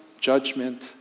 judgment